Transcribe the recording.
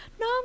no